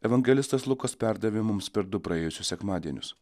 evangelistas lukas perdavė mums per du praėjusius sekmadienius